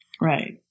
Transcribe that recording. Right